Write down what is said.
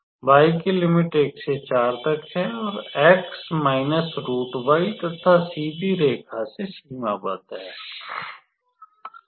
तो y की limit 1 से 4 तक है और x तथा सीधी रेखा से सीमाबद्धहै